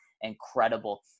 incredible